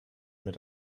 mit